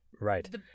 Right